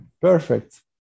Perfect